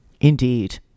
Indeed